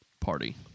party